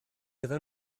iddyn